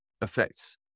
affects